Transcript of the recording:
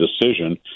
decision